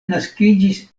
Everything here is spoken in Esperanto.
naskiĝis